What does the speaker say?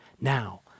Now